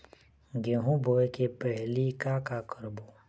गेहूं बोए के पहेली का का करबो?